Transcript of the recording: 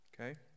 Okay